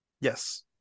Yes